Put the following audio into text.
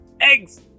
Eggs